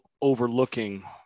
overlooking